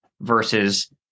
versus